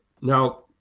now